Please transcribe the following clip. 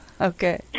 Okay